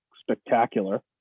spectacular